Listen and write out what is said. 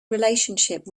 relationship